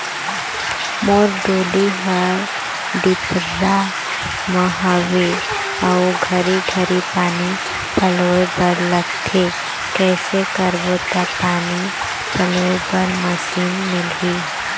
मोर डोली हर डिपरा म हावे अऊ घरी घरी पानी पलोए बर लगथे कैसे करबो त पानी पलोए बर मशीन मिलही?